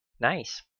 Nice